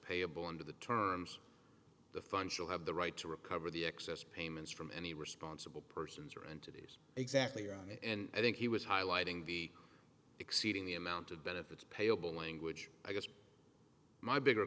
payable under the terms the funds will have the right to recover the excess payments from any responsible persons or entities exactly on and i think he was highlighting the exceeding the amount of benefits payable language i guess my bigger